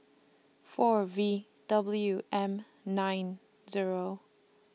four V W M nine Zero